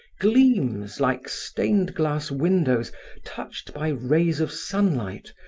gleams like stained glass windows touched by rays of sunlight,